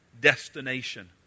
destination